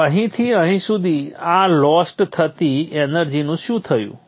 તો અહીંથી અહીં સુધી આ લોસ્ટ થતી એનર્જીનું શું થયું